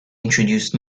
introduced